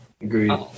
Agreed